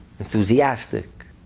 enthusiastic